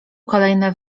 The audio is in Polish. kolejne